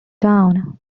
down